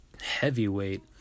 heavyweight